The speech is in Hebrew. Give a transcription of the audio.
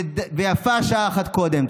ויפה שעה אחת קודם.